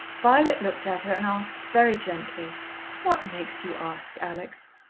violet looked at her and asked very gently what makes you ask, alex?